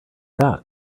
that